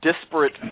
disparate